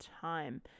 time